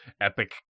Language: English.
epic